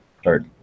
start